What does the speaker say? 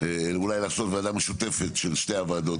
אולי לעשות ועדה משותפת של שתי הוועדות